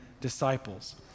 disciples